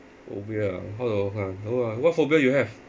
phobia ah hello what phobia you have